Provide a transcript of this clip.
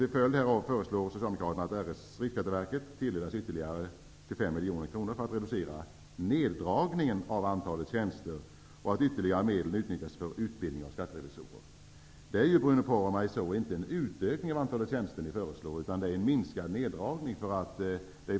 Till följd därav föreslår Socialdemokraterna att Riksskatteverket tilldelas ytterligare 25 miljoner kronor för att reducera neddragningen av antalet tjänster, och att ytterligare medel utnyttjas för utbildning av skatterevisorer. Det är ju, Bruno Poromaa, inte en utökning av antalet tjänster ni föreslår, utan en minskad neddragning.